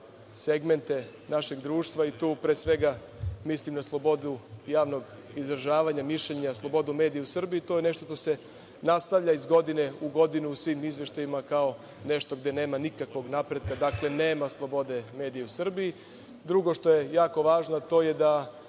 segmente našeg društva i tu pre svega mislim na slobodu javnog izražavanja, mišljenja, slobodu medija u Srbiji. To je nešto što se nastavlja iz godine u godinu u svim izveštajima, kao nešto gde nema nikakvog napretka. Dakle, nema slobode medija u Srbiji. Drugo, što je jako važno, a to je da